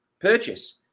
purchase